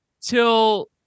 till